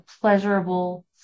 pleasurable